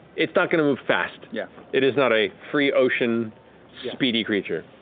it's not going to move fast. yeah it is not a free ocean speedy creature.